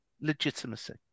legitimacy